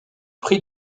prie